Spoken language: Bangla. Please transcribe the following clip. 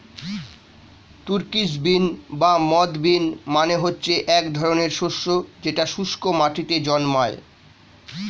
তুর্কিশ বিন বা মথ বিন মানে হচ্ছে এক ধরনের শস্য যেটা শুস্ক মাটিতে জন্মায়